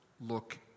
look